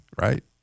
right